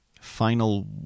final